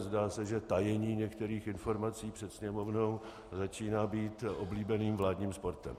Zdá se, že tajení některých informací před Sněmovnou začíná být oblíbeným vládním sportem.